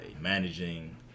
managing